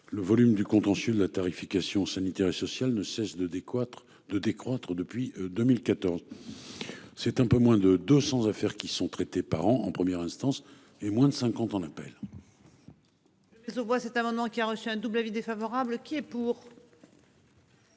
le volume du contentieux de la tarification sanitaire et sociale ne cesse de décroître de décroître depuis 2014. C'est un peu moins de 200 affaires qui sont traités par an en première instance et moins de 50 ans. Appel. Se voit cet amendement qui a reçu un double avis défavorable qui est pour.